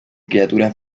criaturas